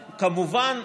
כמובן,